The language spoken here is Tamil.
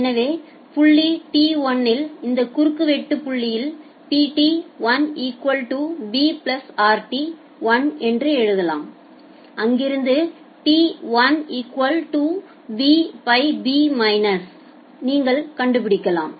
எனவே புள்ளி t1 இல் இந்த குறுக்கு வெட்டு புள்ளியில் Pt 1 equal to b plus rt 1 என்று எழுதலாம் அங்கிருந்து t 1 equal to b by P minus r ஐ நீங்கள் கண்டுபிடிக்கலாம்